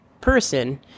person